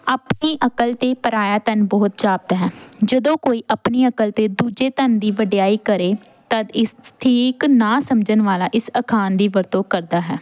ਆਪਣੀ ਅਕਲ 'ਤੇ ਪਰਾਇਆ ਧਨ ਬਹੁਤ ਜਾਪਦਾ ਹੈ ਜਦੋਂ ਕੋਈ ਆਪਣੀ ਅਕਲ 'ਤੇ ਦੂਜੇ ਧਨ ਦੀ ਵਡਿਆਈ ਕਰੇ ਤਦ ਇਸ ਠੀਕ ਨਾ ਸਮਝਣ ਵਾਲਾ ਇਸ ਅਖਾਣ ਦੀ ਵਰਤੋਂ ਕਰਦਾ ਹੈ